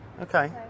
Okay